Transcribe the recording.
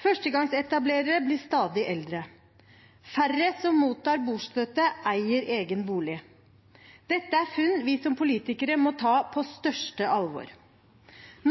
Førstegangsetablererne blir stadig eldre. Færre av dem som mottar bostøtte, eier egen bolig. Dette er funn vi som politikere må ta på største alvor.